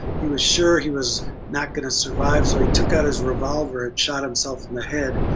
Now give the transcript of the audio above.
he was sure he was not gonna survive, so he took out his revolver and shot himself in the head.